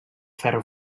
ferro